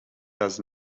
does